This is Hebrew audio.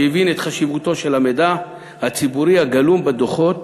שהבין את חשיבותו של המידע הציבורי הגלום בדוחות